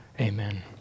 Amen